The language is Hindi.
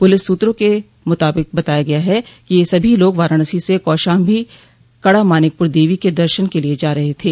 पुलिस सूत्रों ने बताया है कि यह सभी लोग वाराणसी से कौशाम्बी कड़ामानिकप्र देवी के दर्शन के लिए जा रहे थे